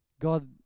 God